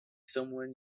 somewhere